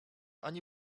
ani